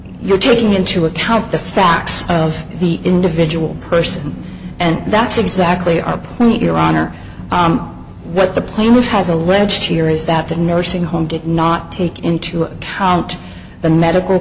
you're taking into account the facts of the individual person and that's exactly are plenty your honor what the plain which has alleged here is that the nursing home did not take into account the medical